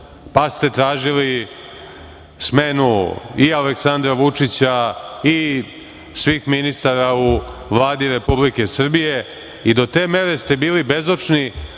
Pa, ste tražili smenu i Aleksandra Vučića i svih ministara u Vladi Republike Srbije i do te mere ste bili bezočni